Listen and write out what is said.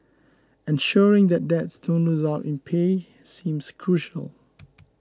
ensuring that dads don't lose out in pay seems crucial